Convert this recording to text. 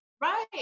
right